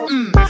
Mmm